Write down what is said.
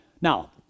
Now